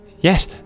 Yes